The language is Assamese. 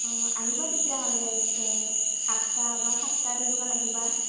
অঁ আহিব তেতিয়াহ'লে আঠটাত বা সাতটাত তেনেকুৱাত আহিবা